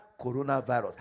coronavirus